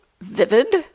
vivid